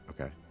Okay